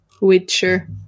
Witcher